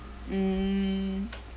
um